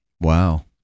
wow